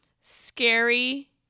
scary